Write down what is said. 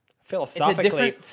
philosophically